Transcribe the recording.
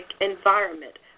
environment